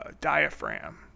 diaphragm